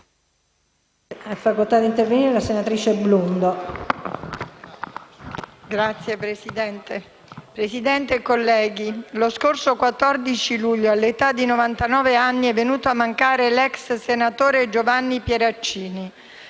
*(M5S)*. Signora Presidente, colleghi, lo scorso 14 luglio, all'età di 99 anni, è venuto a mancare l'ex senatore Giovanni Pieraccini.